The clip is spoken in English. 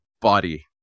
body